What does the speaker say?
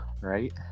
right